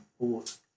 bought